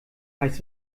heißt